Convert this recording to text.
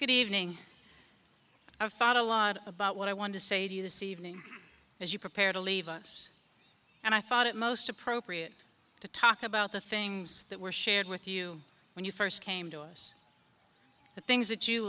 good evening i've thought a lot about what i want to say to you this evening as you prepare to leave us and i thought it most appropriate to talk about the things that were shared with you when you first came to us the things that you